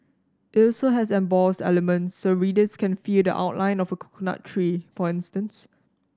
it also has embossed elements so readers can feel the outline of a coconut tree for instance